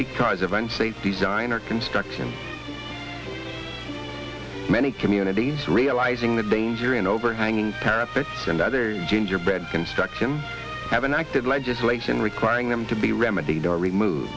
because of unfaith design or construction many communities realizing the danger and overhanging parapets and other gingerbread construction haven't acted legislation requiring them to be remedied or removed